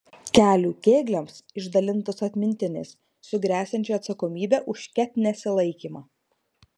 kelių kėgliams išdalintos atmintinės su gresiančia atsakomybe už ket nesilaikymą